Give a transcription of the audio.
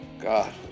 God